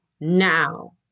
now